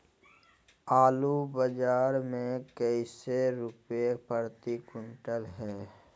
आलू बाजार मे कैसे रुपए प्रति क्विंटल है?